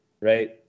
right